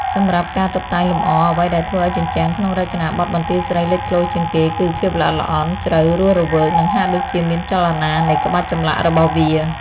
សម្រាប់់ការតុបតែងលម្អ អ្វីដែលធ្វើឱ្យជញ្ជាំងក្នុងរចនាបថបន្ទាយស្រីលេចធ្លោជាងគេ គឺ ភាពល្អិតល្អន់ ជ្រៅ រស់រវើក និងហាក់ដូចជាមានចលនា នៃក្បាច់ចម្លាក់របស់វា។